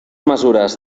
mesures